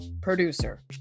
producer